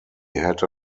had